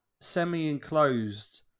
semi-enclosed